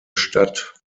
statt